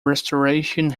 restoration